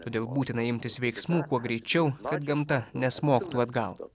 todėl būtina imtis veiksmų kuo greičiau kad gamta nesmogtų atgal